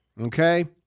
Okay